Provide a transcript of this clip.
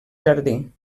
jardí